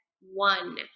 one